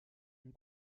ont